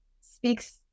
speaks